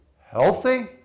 healthy